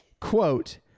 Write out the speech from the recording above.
quote